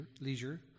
leisure